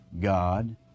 God